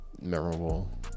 memorable